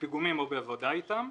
בפיגומים או בעבודה איתם,